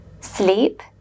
sleep